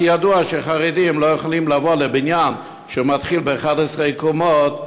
כי ידוע שחרדים לא יכולים לבוא לבניין שמתחיל ב-11 קומות,